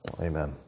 Amen